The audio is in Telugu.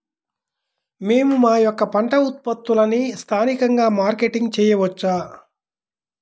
మేము మా యొక్క పంట ఉత్పత్తులని స్థానికంగా మార్కెటింగ్ చేయవచ్చా?